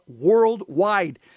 worldwide